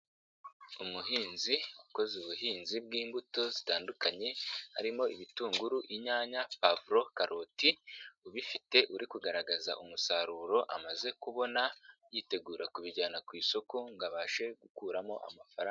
Umuhinzi ukoze ubuhinzi bw'imbuto zitandukanye, harimo ibitunguru, inyanya, pavuro, karoti, ubifite, uri kugaragaza umusaruro amaze kubona, yitegura kubijyana ku isoko ngo abashe gukuramo amafaranga.